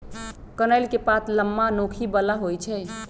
कनइल के पात लम्मा, नोखी बला होइ छइ